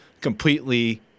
completely